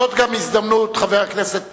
זאת גם הזדמנות, חבר הכנסת פרץ,